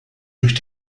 durch